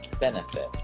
benefit